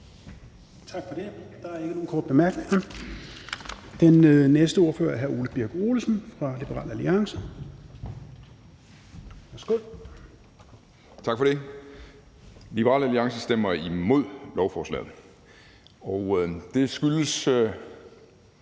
Tak for det. Der er ingen korte bemærkninger. Den næste ordfører er hr. Ole Birk Olesen fra Liberal Alliance. Værsgo. Kl. 12:05 (Ordfører) Ole Birk Olesen (LA): Tak for det. Liberal Alliance stemmer imod lovforslaget, og det skyldes